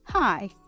Hi